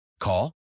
Call